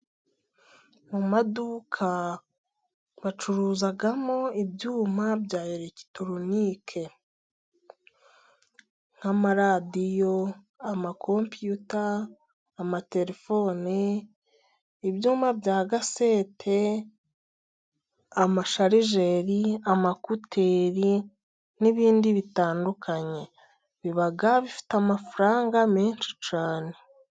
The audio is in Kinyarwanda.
Mu maduka bacuruzamo ibyuma bya elegitoronike. Nk'amaradiyo, amakompiyuta, amatelefone, ibyuma bya gasete, amasharijeri, amayekuteri n'ibindi bitandukanye biba bifite amafaranga menshi pe!